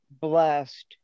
blessed